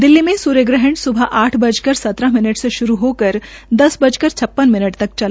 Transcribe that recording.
दिल्ली मे सर्य ग्रहण सूबह आठ बजकर सत्रह मिनट से श्रू होकर दस बजकर छप्पन मिनट तक चला